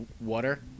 water